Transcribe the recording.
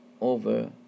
over